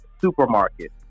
supermarket